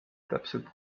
täpselt